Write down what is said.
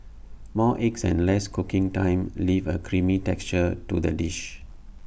more eggs and less cooking time leave A creamy texture to the dish